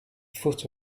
foot